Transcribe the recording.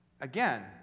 again